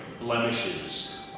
blemishes